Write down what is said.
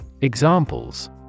Examples